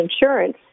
insurance